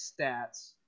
stats